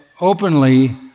openly